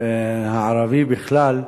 הערבי בכלל,